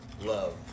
love